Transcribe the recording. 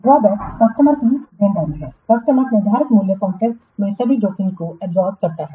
drawback customer की देनदारी है कस्टमर निर्धारित मूल्य कॉन्ट्रैक्ट में सभी जोखिम को अवशोषित करता है